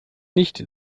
nicht